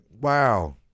wow